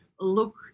look